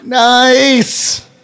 Nice